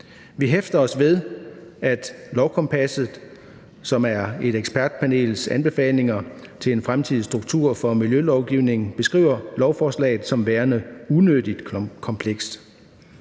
Vi hæfter os ved, at Lovkompasset, som er et ekspertpanels anbefalinger til en fremtidig struktur for miljølovgivningen, beskriver lovforslaget som værende unødigt komplekst.